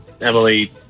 Emily